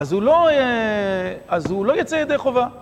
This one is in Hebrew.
אז הוא לא יצא ידי חובה.